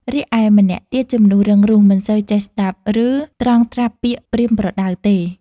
រីឯម្នាក់ទៀតជាមនុស្សរឹងរូស មិនសូវចេះស្តាប់ ឬត្រងត្រាប់ពាក្យប្រៀនប្រដៅទេ។